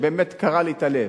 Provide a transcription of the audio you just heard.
שבאמת קרעה לי את הלב.